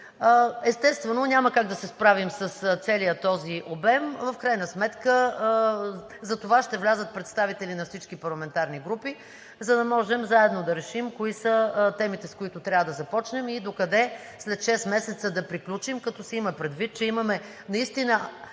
Естествено, няма как да се справим с целия този обем. В крайна сметка затова ще влязат представители на всички парламентарни групи, за да можем заедно да решим кои са темите, с които трябва да започнем и докъде след шест месеца да приключим, като се има предвид, че имаме наистина